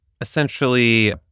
essentially